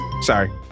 sorry